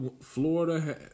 Florida